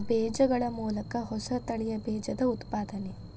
ಬೇಜಗಳ ಮೂಲಕ ಹೊಸ ತಳಿಯ ಬೇಜದ ಉತ್ಪಾದನೆ